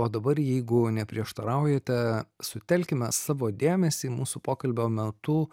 o dabar jeigu neprieštaraujate sutelkime savo dėmesį į mūsų pokalbio metu